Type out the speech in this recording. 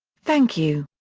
thank you.